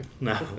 No